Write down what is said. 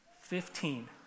Fifteen